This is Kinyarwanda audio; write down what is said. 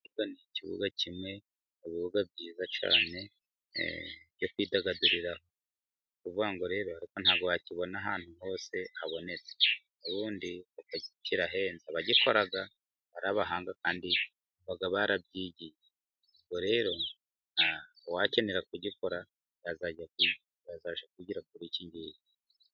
Ikibuga ni ikibuga kimwe mu bibuga byiza cyane byo kwidagaduriraho. Ni ukuvuga ngo rero ariko ntabwo wakibona ahantu hose habonetse, ubundi kirahenze, abagikora baba ari abahanga kandi baba barabyigiye. Rero uwakenera kugikora yazajya kwigira kuri iki ngiki.